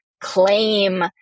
claim